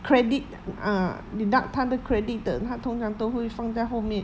credit ah deduct 他的 credit 的它通常都会放在后面